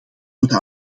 moeten